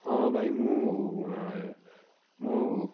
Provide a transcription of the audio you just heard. ହଁ ଭାଇ ମୁଁ ମୁଁ